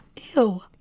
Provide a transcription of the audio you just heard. Ew